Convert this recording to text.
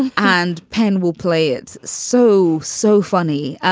and penn will play it so, so funny.